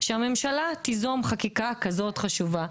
שהממשלה תיזום חקיקה כזאת חשובה,